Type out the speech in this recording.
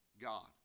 God